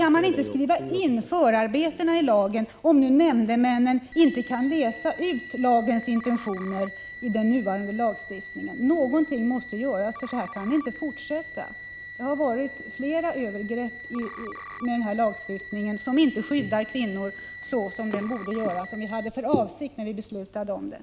Kan man inte skriva in förarbetena i lagen, om nu nämndemännen inte kan läsa ut lagens intentioner i den nuvarande lagstiftningen? Något måste göras! Så här kan det inte fortsätta. Det har varit flera övergrepp i samband med tillämpningen av denna lagstiftning, som inte skyddar kvinnor så som den borde göra och som vi hade för avsikt att den skulle göra när vi beslutade om den.